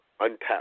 Untapped